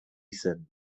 zen